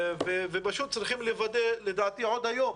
פשוט צריך לוודא, לדעתי עוד היום,